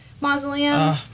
mausoleum